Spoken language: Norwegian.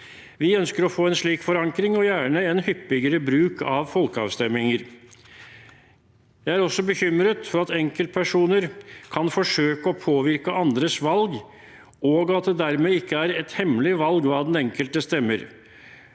Vi ønsker å få en slik forankring, og gjerne en hyppigere bruk av folkeavstemninger. Jeg er også bekymret for at enkeltpersoner kan forsøke å påvirke andres valg, og at det dermed ikke er hemmelig hva den enkelte stemmer.